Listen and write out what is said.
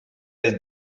jest